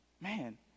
man